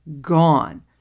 gone